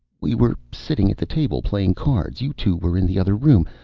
we were sitting at the table. playing cards. you two were in the other room.